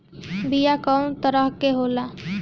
बीया कव तरह क होला?